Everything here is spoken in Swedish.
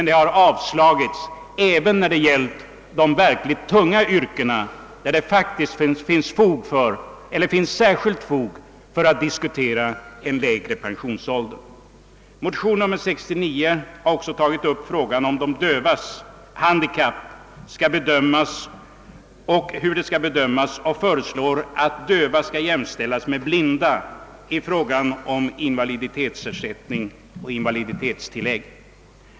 Det har emellertid blivit avslag även beträffande de verkligt tunga yrkena, där det faktiskt finns särskilt fog att diskutera en lägre pensionsålder. Motionärerna har i motionen II:69 tagit upp frågan hur de dövas handikapp skall bedömas och föreslagit att en döv person skall jämställas med en blind när det gäller invaliditetsersättning och invaliditetstillägg.